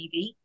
TV